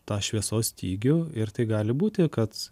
tą šviesos stygių ir tai gali būti kad